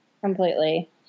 Completely